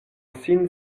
sin